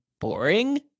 boring